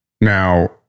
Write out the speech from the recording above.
Now